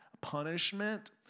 Punishment